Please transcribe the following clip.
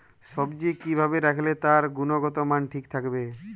সবজি কি ভাবে রাখলে তার গুনগতমান ঠিক থাকবে?